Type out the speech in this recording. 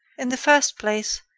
in the first place,